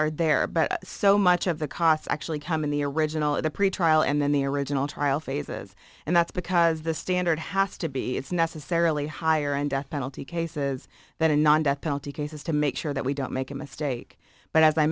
are there but so much of the costs actually come in the original of the pretrial and then the original trial phases and that's because the standard has to be it's necessarily higher in death penalty cases than a non death penalty case is to make sure that we don't make a mistake but as i